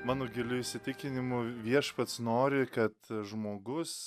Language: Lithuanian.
mano giliu įsitikinimu viešpats nori kad žmogus